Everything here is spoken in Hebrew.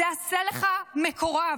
זה עשה לך מקורב.